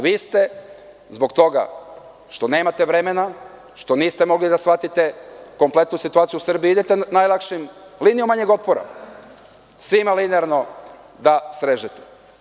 Vi ste zbog toga što nemate vremena, što niste mogli da shvatite kompletnu situaciju u Srbiji, idete linijom manjom otpora, svima linearno da srežete.